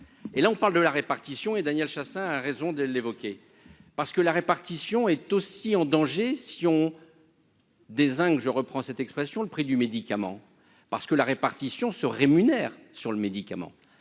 et là on parle de la répartition et Daniel Chassain, à raison de l'évoquer, parce que la répartition est aussi en danger si on. Des hein que je reprends cette expression, le prix du médicament parce que la répartition se rémunère sur le médicament